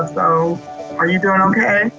ah so are you doin' okay?